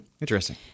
Interesting